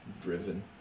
driven